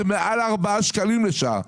זה מעל ארבעה שקלים לשעה.